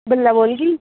बल्लै बोल गी